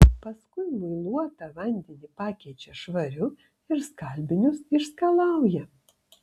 paskui muiluotą vandenį pakeičia švariu ir skalbinius išskalauja